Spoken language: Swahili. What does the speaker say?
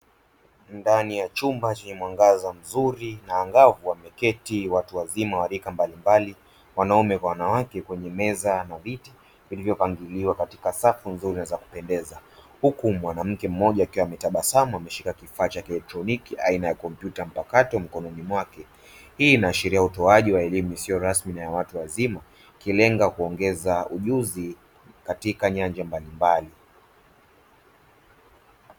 Ndani ya chumba chenye mwangaza mzuri na angavu wameketi watu wazima warika mbalimbali wanaume kwa wanawake kwenye meza na viti vilivyokaguliwa katika safu nzuri na za kupendeza huku mwanamke mmoja akiwa ametabasamu ameshika kifaa cha kielektroniki aina ya kompyuta mpakato mkononi mwake hii inaashiria ya utoaji wa elimu isiyo rasmi na ya watu wazima ikilenga kuongeza ujuzi katika nyanja mbalimbali.